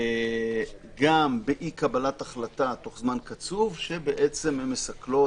גם באי קבלת החלטה תוך זמן קצוב שבעצם הן מסכלות